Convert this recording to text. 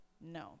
No